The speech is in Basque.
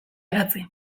idatzi